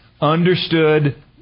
understood